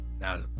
Now